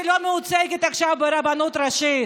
שלא מיוצגת עכשיו ברבנות הראשית,